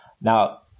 Now